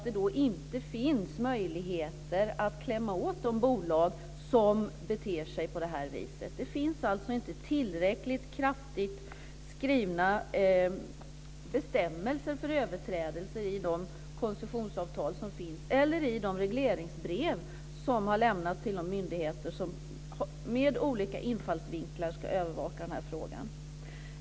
Det finns inga möjligheter att klämma åt de bolag som beter sig på det här viset. Det finns alltså inte tillräckligt kraftigt skrivna bestämmelser för överträdelser i de koncessionsavtal som finns eller i de regleringsbrev som har lämnats till de myndigheter som med olika infallsvinklar ska övervaka den här frågan.